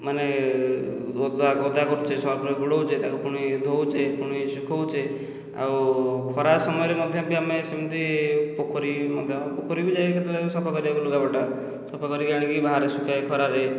ମାନେ ଓଦା ଓଦା କରୁଛେ ସର୍ଫରେ ବୁଡ଼ାଉଛେ ତାକୁ ପୁଣି ଧୋଉଛେ ପୁଣି ଶୁଖାଉଛେ ଆଉ ଖରା ସମୟରେ ମଧ୍ୟ ବି ଆମେ ସେମିତି ପୋଖରୀ ମଧ୍ୟ ପୋଖରୀ ବି ଯାଇ କେତେବେଳେ ସଫା କରିବାକୁ ଲୁଗାପଟା ସଫା କରିକି ଆଣିକି ବାହାରେ ଶୁଖାଏ ଖରାରେ